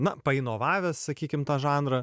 na painovavęs sakykim tą žanrą